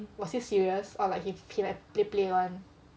was he serious or like he like play play [one]